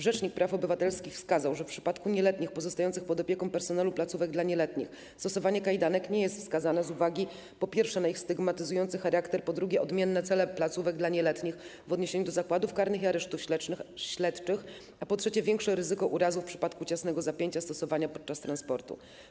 Rzecznik praw obywatelskich wskazał, że w przypadku nieletnich pozostających pod opieką personelu placówek dla nieletnich stosowanie kajdanek nie jest wskazane z uwagi na: po pierwsze, ich stygmatyzujący charakter, po drugie, odmienne cele placówek dla nieletnich w odniesieniu do zakładów karnych i aresztów śledczych, a po trzecie, większe ryzyko w przypadku ciasnego zapięcia stosowanego podczas transportu.